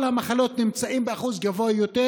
כל המחלות נמצאות באחוז גדול יותר